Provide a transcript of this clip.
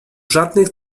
żadnych